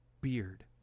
beard